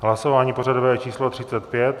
Hlasování pořadové číslo 35.